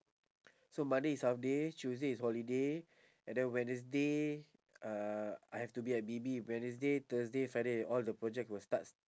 so monday is half day tuesday is holiday and then wednesday uh I have to be at B_B wednesday thursday friday all the project will start